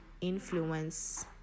influence